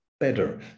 Better